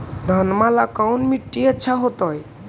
घनमा ला कौन मिट्टियां अच्छा होतई?